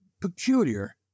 peculiar